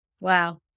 wow